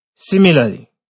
Similarly